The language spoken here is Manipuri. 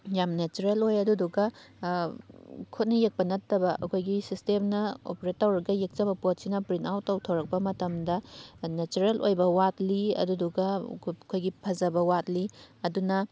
ꯌꯥꯝ ꯅꯦꯆꯔꯦꯜ ꯑꯣꯏ ꯑꯗꯨꯗꯨꯒ ꯈꯨꯠꯅ ꯌꯦꯛꯄ ꯅꯠꯇꯕ ꯑꯩꯈꯣꯏꯒꯤ ꯁꯤꯁꯇꯦꯝꯅ ꯑꯣꯄꯔꯦꯠ ꯇꯧꯔꯒ ꯌꯦꯛꯆꯕ ꯄꯣꯠꯁꯤꯅ ꯄ꯭ꯔꯤꯟꯠ ꯑꯥꯎꯠ ꯇꯧꯊꯣꯔꯛꯄ ꯃꯇꯝꯗ ꯅꯦꯆꯔꯦꯜ ꯑꯣꯏꯕ ꯋꯥꯠꯂꯤ ꯑꯗꯨꯗꯨꯒ ꯑꯩꯈꯣꯏꯒꯤ ꯐꯖꯕ ꯋꯥꯠꯂꯤ ꯑꯗꯨꯅ